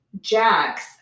Jack's